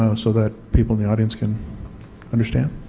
um so that people in the audience can understand?